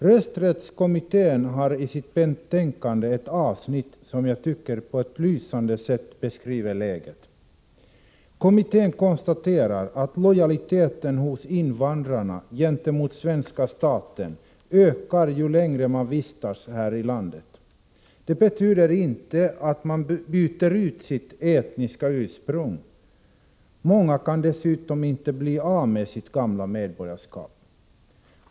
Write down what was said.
Rösträttskommittén har i sitt betänkande ett avsnitt som jag tycker på ett lysande sätt beskriver läget. Kommittén konstaterar att lojaliteten hos invandrarna gentemot svenska staten ökar ju längre man vistas här i landet. Det betyder inte att man byter ut sitt etniska ursprung. Många kan dessutom inte bli av med sitt gamla medborgarskap.